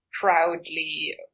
proudly